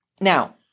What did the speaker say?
Now